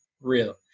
real